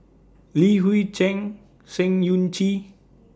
Li Hui Cheng Sng Choon